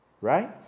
Right